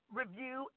review